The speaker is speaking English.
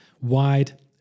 wide